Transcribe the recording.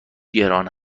گران